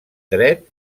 dret